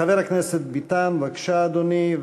חבר הכנסת ביטן, בבקשה, אדוני.